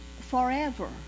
forever